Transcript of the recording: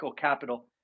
capital